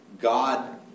God